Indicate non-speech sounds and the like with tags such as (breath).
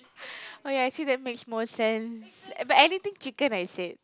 (breath) oh ya actually that makes more sense but anything chicken I said